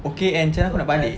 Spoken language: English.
okay and macam mana aku nak balik